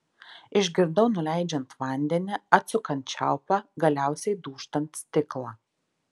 išgirdau nuleidžiant vandenį atsukant čiaupą galiausiai dūžtant stiklą